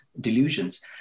delusions